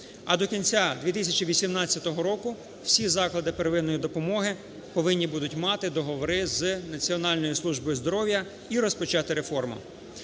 А до кінця 2018 року всі заклади первинної допомоги повинні будуть мати договори з Національною службою здоров'я і розпочати реформу.